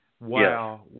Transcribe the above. wow